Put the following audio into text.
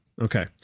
Okay